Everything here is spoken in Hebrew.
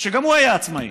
שגם הוא היה עצמאי: